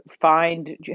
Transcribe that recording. Find